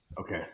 Okay